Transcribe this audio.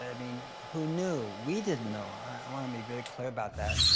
i mean, who knew? we didn't know. i wanna be very clear about that.